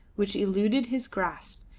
which eluded his grasp,